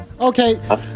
Okay